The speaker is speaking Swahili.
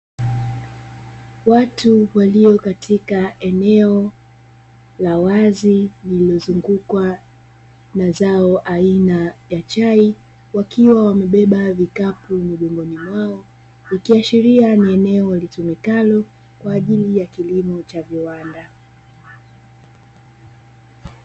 Watu walio katika eneo la wazi, lililozungukwa na zao aina ya chai, wakiwa wamebeba vikapu miongoni mwao nikiashiria ni eneo walitumikalo kwa ajili ya kilimo cha viwanda.